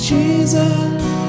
Jesus